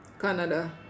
Canada